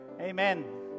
Amen